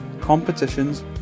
competitions